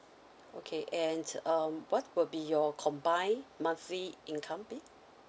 okay and um what would be your combined monthly income be